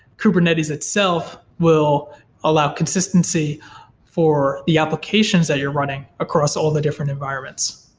kubernetes itself will allow consistency for the applications that you're running across all the different environments.